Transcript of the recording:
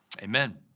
Amen